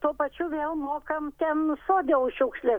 tuo pačiu vėl mokam ten sode už šiukšlę